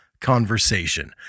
conversation